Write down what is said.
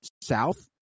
south